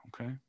Okay